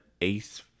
Ace